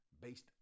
based